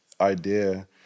idea